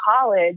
college